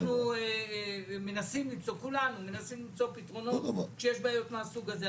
אנחנו כולנו מנסים למצוא פתרונות כשיש בעיות מהסוג הזה.